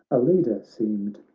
a leader seemed.